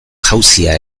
jauzia